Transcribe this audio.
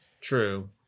true